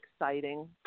exciting